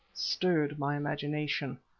stirred my imagination.